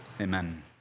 Amen